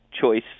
choice